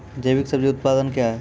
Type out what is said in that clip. जैविक सब्जी उत्पादन क्या हैं?